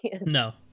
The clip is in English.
No